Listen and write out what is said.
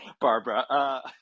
Barbara